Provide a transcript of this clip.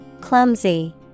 Clumsy